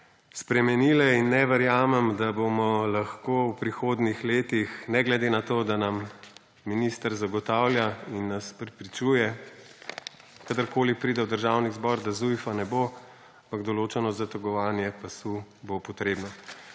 spremenile. In ne verjamem, da bomo lahko v prihodnjih letih ne glede na to, da nam minister zagotavlja in nas prepričuje, kadarkoli pride v Državni zbor, da Zujfa ne bo – določeno zategovanje pasu bo potrebno.